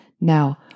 Now